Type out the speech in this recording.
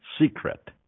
secret